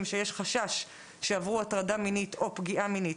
שיש חשש שעברו הטרדה מינית או פגיעה מינית,